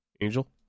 Angel